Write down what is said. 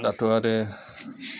दाथ' आरो